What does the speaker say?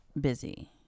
busy